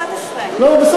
היא הייתה באוגוסט 2011. בסדר,